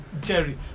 Jerry